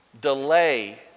delay